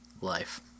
life